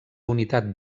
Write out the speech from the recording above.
unitat